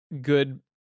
good